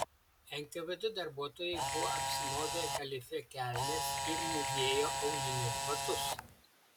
nkvd darbuotojai buvo apsimovę galifė kelnes ir mūvėjo aulinius batus